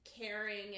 caring